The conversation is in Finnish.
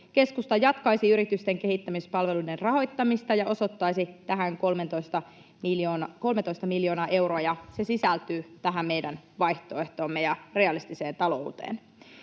Keskusta jatkaisi yritysten kehittämispalveluiden rahoittamista ja osoittaisi tähän 13 miljoonaa euroa, ja se sisältyy tähän meidän vaihtoehtoomme ja realistiseen talouteen.